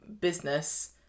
business